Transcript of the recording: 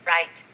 Right